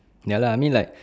ya lah I mean like